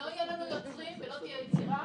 והעסיק עשרות עובדים שהוא יקרה.